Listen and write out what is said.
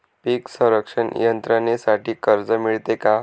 पीक संरक्षण यंत्रणेसाठी कर्ज मिळते का?